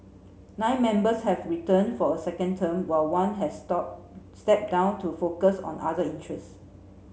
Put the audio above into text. nine members have returned for a second term while one has stop stepped down to focus on other interests